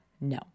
no